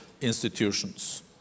institutions